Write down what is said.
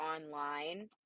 online